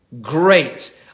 Great